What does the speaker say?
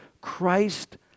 Christ